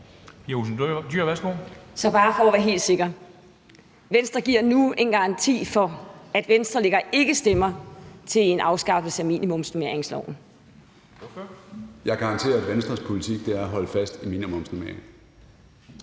Jeg garanterer, at Venstres politik er at holde fast i minimumsnormeringerne.